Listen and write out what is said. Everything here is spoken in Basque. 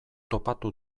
topatu